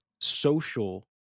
social